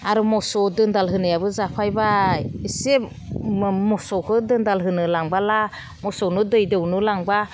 आरो मोसौ दोनदाल होनायाबो जाफैबाय इसे मोसौखौ दोनदाल होनो लांबोला मोसौनो दै दौनो लांबा